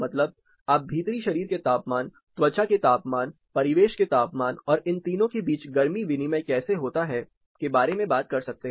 मतलब आप भीतरी शरीर के तापमान त्वचा के तापमान परिवेश के तापमान और इन तीनों के बीच गर्मी विनिमय कैसे होता है के बारे में बात कर रहे हैं